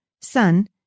Son